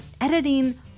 Editing